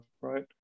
right